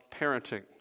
parenting